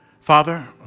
Father